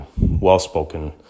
well-spoken